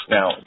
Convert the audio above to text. Now